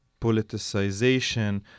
politicization